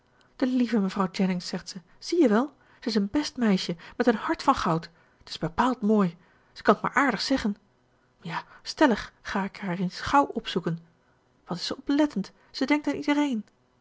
de lieve mevrouw jennings zegt ze zie je wel ze is een best meisje met een hart van goud t is bepaald mooi ze kan t maar aardig zeggen ja stellig ga ik haar eens gauw opzoeken wat is ze oplettend ze denkt aan iedereen